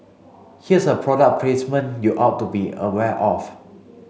here's a product placement you ought to be aware of